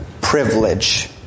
privilege